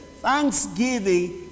thanksgiving